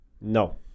No